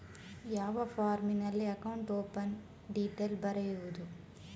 ಯಾವ ಫಾರ್ಮಿನಲ್ಲಿ account open detail ಬರೆಯುವುದು?